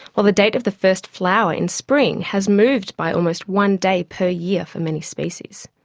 while the date of the first flower in spring has moved by almost one day per year for many species.